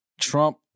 Trump